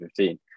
2015